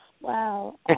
Wow